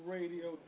Radio